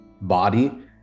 body